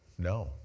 No